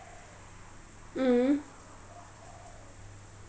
mm